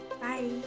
Bye